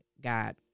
God